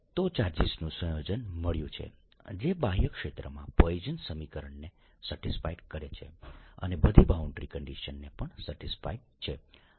તો ચાર્જીસનું સંયોજન મળ્યું છે જે બાહ્ય ક્ષેત્રમાં પોઇસન સમીકરણને સેટિસ્ફાય કરે છે અને બધી બાઉન્ડ્રી કન્ડીશન્સને પણ સેટિસ્ફાય છે આપણને આ સોલ્યુશન મળ્યું છે